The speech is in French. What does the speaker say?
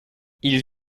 ils